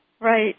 Right